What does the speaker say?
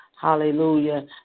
Hallelujah